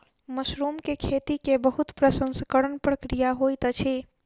mushroom के खेती के बहुत प्रसंस्करण प्रक्रिया होइत अछि